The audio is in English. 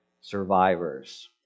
survivors